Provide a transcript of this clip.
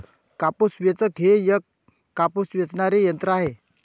कापूस वेचक हे एक कापूस वेचणारे यंत्र आहे